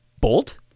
Bolt